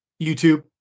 YouTube